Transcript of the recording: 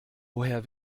woher